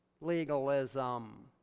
Legalism